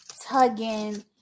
tugging